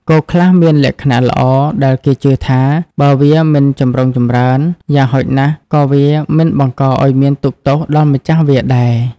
គោខ្លះមានលក្ខណៈល្អ ដែលគេជឿថា បើវាមិនចម្រុងចម្រើន យ៉ាងហោចណាស់ក៏វាមិនបង្កឱ្យមានទុក្ខទោសដល់ម្ចាស់វាដែរ។